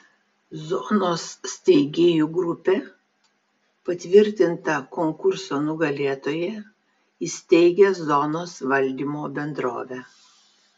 zonos steigėjų grupė patvirtinta konkurso nugalėtoja įsteigia zonos valdymo bendrovę